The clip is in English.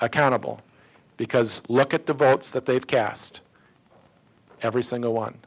accountable because look at the votes that they've cast every single one